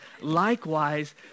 Likewise